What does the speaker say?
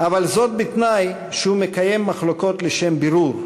אבל זאת בתנאי שהוא מקיים מחלוקות לשם בירור,